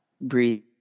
Breathe